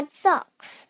socks